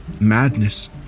madness